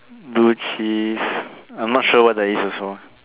blue cheese I'm not sure what that is also